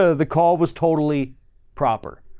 ah the call was totally proper.